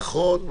נכון.